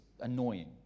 annoying